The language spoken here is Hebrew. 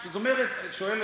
מה שאלת?